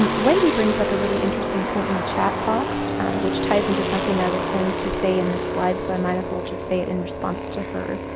um wendy brings up a really interesting point in the chat box which ties into something i was going to say in the slides so i might as well just say it in response to her.